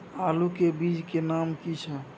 आलू के बीज के नाम की छै?